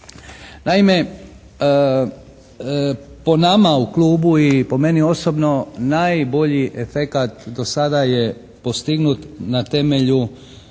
Naime, po nama u klubu i po meni osobno najbolji efekat do sada je postignut na temelju